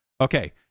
Okay